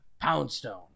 Poundstone